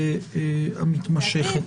המתמשכת.